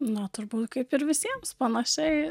na turbūt kaip ir visiems panašiai